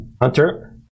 Hunter